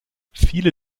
viele